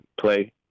play